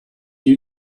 you